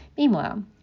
Meanwhile